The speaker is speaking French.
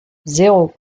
zéro